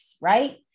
right